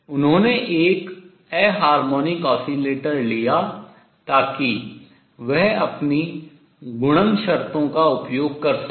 उन्होंने एक anharmonic oscillator लिया ताकि वह अपनी गुणन शर्तों का उपयोग कर सके